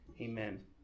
Amen